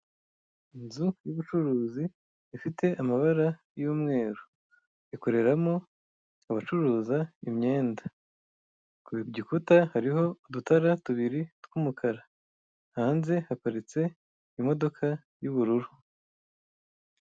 Inzu y'ubucuruzi ifite amabara y'umweru, ikoreramo abacuruza imyenda. Ku gikuta hariho udutara tubiri tw'umukara, hanze haparitse imodoka y'ubururu.